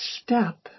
step